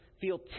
feel